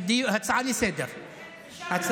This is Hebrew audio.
כהצעה לסדר-היום.